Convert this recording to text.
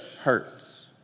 hurts